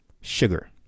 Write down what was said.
sugar